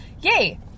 Yay